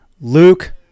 luke